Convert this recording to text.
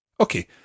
Okay